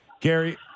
Gary